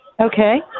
Okay